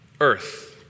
earth